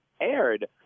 aired